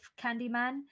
Candyman